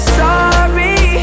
sorry